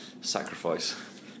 Sacrifice